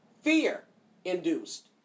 fear-induced